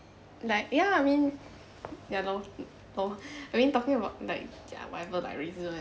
like ya I mean ya lor I mean talking about like ya whatever like reason